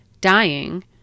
dying